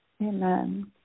amen